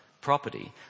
property